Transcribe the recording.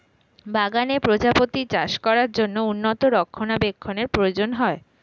বাগানে প্রজাপতি চাষ করার জন্য উন্নত রক্ষণাবেক্ষণের প্রয়োজন হয়